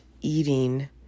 eating